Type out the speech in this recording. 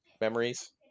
memories